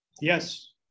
Yes